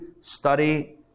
study